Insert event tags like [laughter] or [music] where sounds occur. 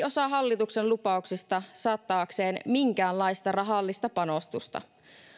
[unintelligible] osa hallituksen lupauksista saa taakseen minkäänlaista rahallista panostusta